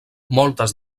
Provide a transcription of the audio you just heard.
moltes